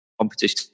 competition